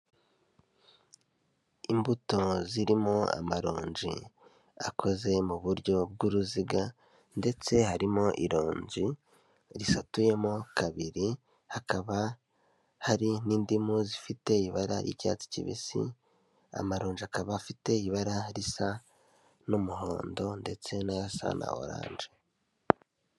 Imbuto zirimo amaronji akoze mu buryo bw'uruziga ndetse harimo ironji risatuyemo kabiri, hakaba hari n'indimu zifite ibara icyatsi kibisi, amaronji akaba afite ibara risa n'umuhondo ndetse n'asa na oranje.